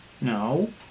No